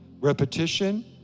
Repetition